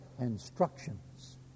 instructions